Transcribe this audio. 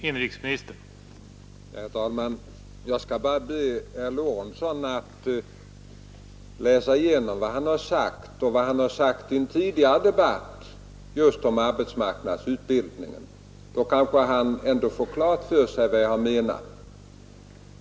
Herr talman! Jag skall bara be herr Lorentzon att läsa igenom vad han sagt nu och vad han sade i en tidigare debatt just om arbetsmarknadsutbildningen. Då kanske han ändå får klart för sig vad jag menade.